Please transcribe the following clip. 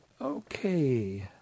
Okay